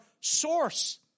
source